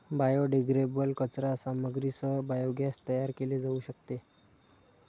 biodegradable कचरा सामग्रीसह biogas तयार केले जाऊ शकते